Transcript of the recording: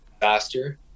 faster